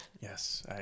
Yes